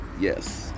Yes